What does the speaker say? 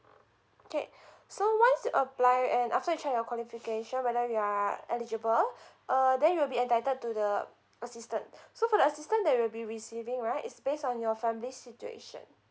okay so once you apply and after you check your qualification whether you are eligible uh then you'll be entitled to the assistant so the assistant that you will be receiving right is based on your family situation